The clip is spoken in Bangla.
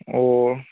ও